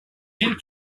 villes